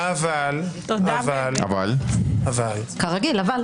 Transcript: אבל --- אבל --- כרגיל אבל.